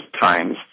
times